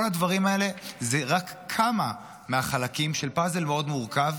כל הדברים האלה הם רק כמה חלקים של פאזל מאוד מורכב,